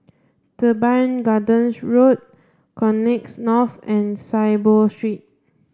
Teban Gardens Road Connexis North and Saiboo Street